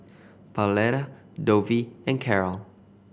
Pauletta Dovie and Karol